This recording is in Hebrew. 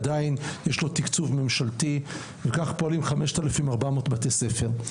עדיין יש לו תקצוב ממשלתי וכך פועלים 5,400 בתי ספר.